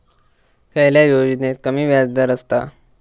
खयल्या योजनेत कमी व्याजदर असता?